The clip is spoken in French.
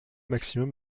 maximum